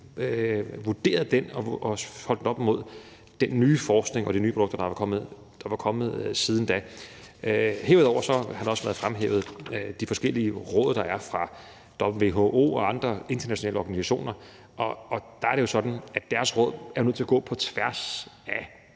vurderet den og holdt den op imod den nye forskning og de nye produkter, der var kommet siden da. Derudover har også de forskellige råd, der er fra WHO og andre internationale organisationer, været fremhævet, og der er det jo sådan, at deres råd er nødt til at gå på tværs af